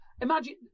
imagine